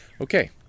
Okay